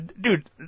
dude